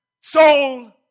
soul